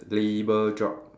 labour job